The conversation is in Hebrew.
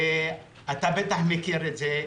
אתה בטח מכיר את זה.